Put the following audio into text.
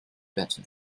better